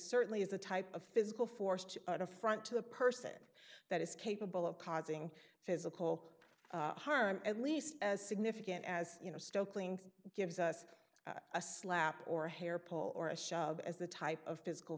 certainly is the type of physical force to affront to the person that is capable of causing physical harm at least as significant as you know stokely gives us a slap or hair pull or a shove as the type of physical